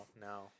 no